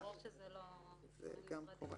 זה גם קורה.